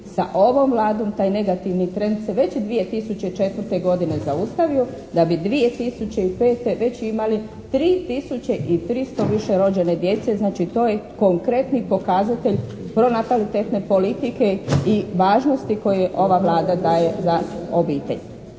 Sa ovom Vladom taj negativni trend se već 2004. godine zaustavio da bi 2005. već imali 3 tisuće i 300 više rođene djece, znači to je konkretni pokazatelj pronatalitetne politike i važnosti koje ova Vlada daje za obitelj.